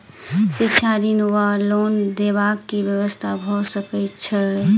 शिक्षा ऋण वा लोन देबाक की व्यवस्था भऽ सकै छै?